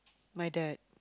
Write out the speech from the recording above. my dad